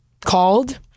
called